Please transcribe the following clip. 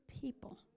people